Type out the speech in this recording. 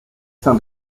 sein